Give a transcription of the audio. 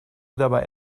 dabei